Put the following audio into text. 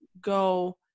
go